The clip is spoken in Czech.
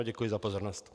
Děkuji za pozornost.